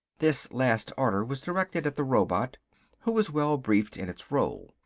this last order was directed at the robot who was well briefed in its role.